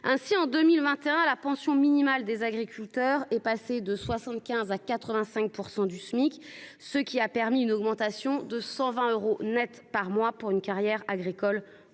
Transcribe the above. Ainsi, en 2021, la pension minimale des agriculteurs est passée de 75 % à 85 % du Smic, ce qui a permis une augmentation de 120 euros net par mois pour une carrière agricole complète.